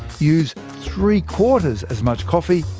use three quarters as much coffee,